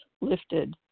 lifted